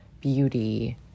beauty